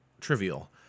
trivial